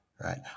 right